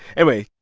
anyway.